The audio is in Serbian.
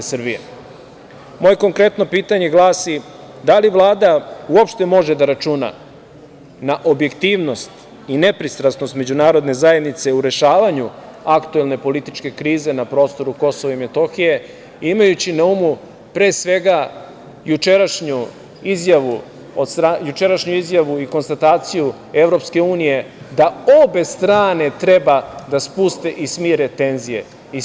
Moje konkretno pitanje glasi – da li Vlada uopšte može da računa na objektivnost i nepristrasnost međunarodne zajednice u rešavanju aktuelne političke krize, na prostoru KiM, imajući na umu pre svega jučerašnju izjavu od strane, jučerašnju izjavu i konstataciju EU, da obe strane treba da spuste i smire tenzije.